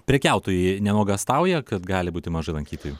prekiautojai nenuogąstauja kad gali būti mažai lankytojų